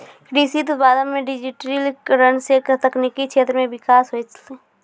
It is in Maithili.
कृषि उत्पादन मे डिजिटिकरण से तकनिकी क्षेत्र मे बिकास होलै